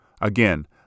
Again